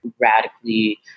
radically